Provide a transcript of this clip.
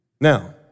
Now